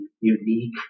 unique